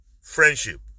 friendship